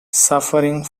suffering